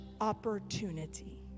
opportunity